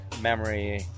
memory